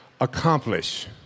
accomplish